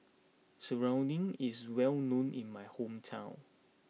Serunding is well known in my hometown